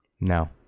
No